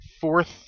fourth